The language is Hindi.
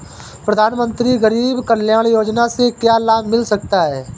प्रधानमंत्री गरीब कल्याण योजना से क्या लाभ मिल सकता है?